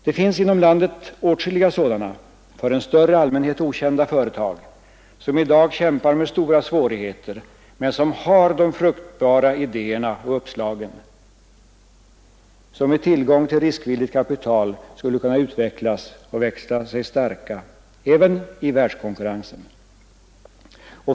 Det finns inom landet åtskilliga sådana för en större allmänhet okända företag, som i dag kämpar med stora svårigheter men som har de fruktbara idéerna och uppslagen, vilka med tillgång till riskvilligt kapital skulle kunna utvecklas och växa sig starka även i världskonkurrensen.